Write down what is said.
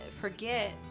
forget